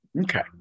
Okay